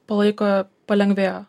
po laiko palengvėjo